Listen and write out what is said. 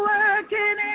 Working